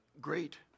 great